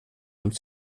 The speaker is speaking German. und